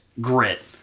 grit